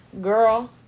girl